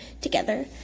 together